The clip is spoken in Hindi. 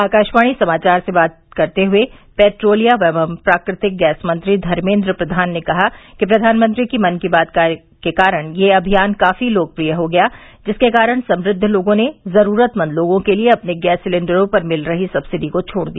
आकाशवाणी समाचार से बात करते हुए पेट्रोलियम एवं प्राकृतिक गैस मंत्री धर्मेन्द्र प्रधान ने कहा कि प्रधानमंत्री की मन के बात के कारण यह अभियान काफी लोकप्रिय हो गया जिसके कारण समूच लोगों ने जरूरतमंदों लोगों के लिए अपने गैस सिलेंडरों पर मिल रही सब्सिडी को छोड़ दिया